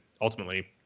ultimately